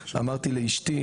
אמרתי לאשתי,